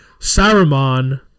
Saruman